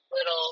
Little